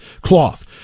cloth